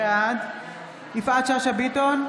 בעד יפעת שאשא ביטון,